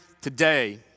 today